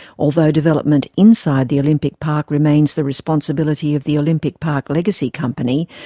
although development inside the olympic park remains the responsibility of the olympic park legacy company,